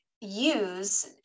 use